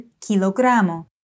kilogramo